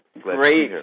Great